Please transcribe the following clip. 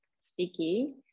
speaking